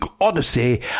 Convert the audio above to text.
Odyssey